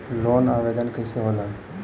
Loan आवेदन कैसे होला?